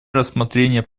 рассмотрение